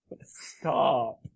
Stop